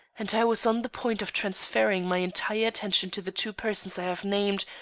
and i was on the point of transferring my entire attention to the two persons i have named,